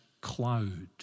cloud